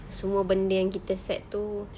semua benda yang kita set itu